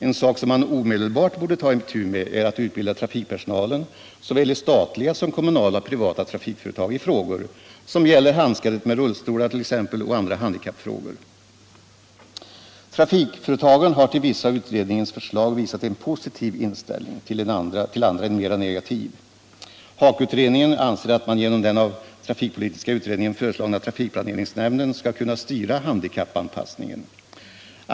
En sak som man omedelbart borde ta itu med är att utbilda trafikpersonalen i såväl statliga som kommunala och privata trafikföretag i frågor som gäller t.ex. att handskas med rullstolar. Andra handikappfrågor borde också tas upp I detta sammanhang. Trafikföretagen har till vissa av utredningens förslag visat en positiv inställning, till andra en mera negativ. HAKO-utredningen anser att man genom den av trafikpolitiska utredningen föreslagna trafikplaneringsnämnden skall kunna styra handikappanpassningen.